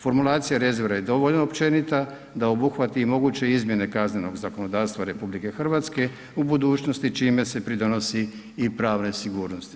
Formulacija rezerve je dovoljno općenita da obuhvati i moguće izmjene kaznenog zakonodavstva RH, u budućnosti čime se pridonosi i pravne sigurnosti.